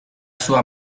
sua